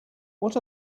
what